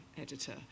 editor